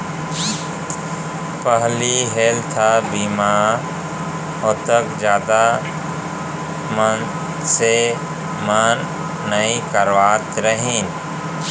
पहिली हेल्थ बीमा ओतका जादा मनसे मन नइ करवात रहिन